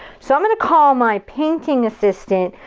so i'm gonna call my painting assistant,